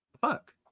fuck